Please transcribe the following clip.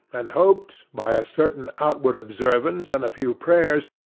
and hoped, by a certain outward observance and a few prayers,